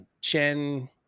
Chen